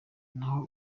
naho